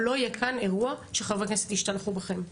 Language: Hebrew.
אבל לא יהיה כאן אירוע שחברי הכנסת ישתלחו בכם.